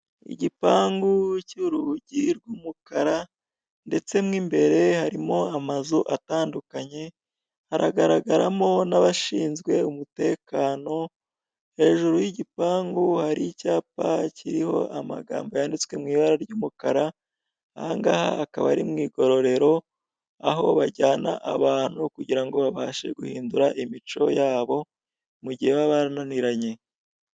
Igipangu cy'urugi rw'umukara, ndetse mo imbere harimo amazu atandukanye, haragaragaramo n'abashinzwe umutekano, hejuru y'igipangu hari icyapa kiriho amagambo yanditswe mu ibara ry'umukara, aha ngaha hakaba ari mu igororero, aho bajyana abantu kugira ngo babashe guhindura imico yabo mu gihe baba barananiranye.